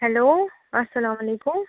hello اَسلامُ علیکُم